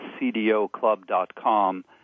CDOclub.com